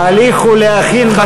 ההליך הוא להכין בקשה בכתב.